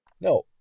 No